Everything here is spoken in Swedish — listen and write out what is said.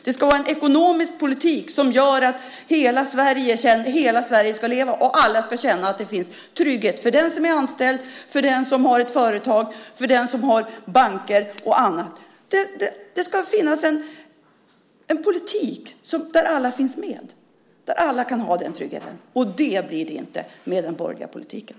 Det ska vara en ekonomisk politik som gör att hela Sverige ska leva och alla ska känna att det finns trygghet för den som är anställd, för den som har ett företag, för den som har banker och annat. Det ska finnas en politik där alla finns med, där alla kan ha den tryggheten, och det blir det inte med den borgerliga politiken.